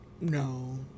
no